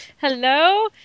hello